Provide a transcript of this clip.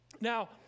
Now